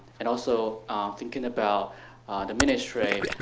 and also thinking about the ministry